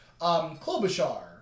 Klobuchar